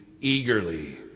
eagerly